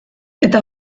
eta